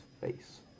face